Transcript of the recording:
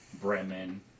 Bremen